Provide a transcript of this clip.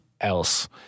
else